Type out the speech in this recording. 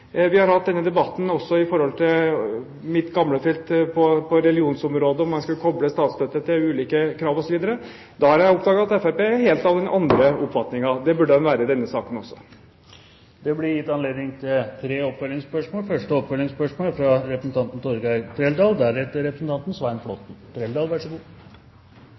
Vi har hatt denne debatten også på mitt gamle felt, på religionsområdet, om man skulle koble statsstøtte til ulike krav osv. Da har jeg oppdaget at Fremskrittspartiet er av en helt annen oppfatning. Det burde de være i denne saken også. Det blir gitt anledning til tre oppfølgingsspørsmål